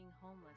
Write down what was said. homeless